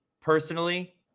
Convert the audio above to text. personally